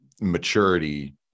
maturity